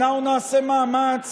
ואנחנו נעשה מאמץ